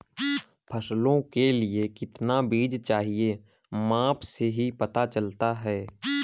फसलों के लिए कितना बीज चाहिए माप से ही पता चलता है